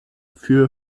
für